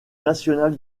national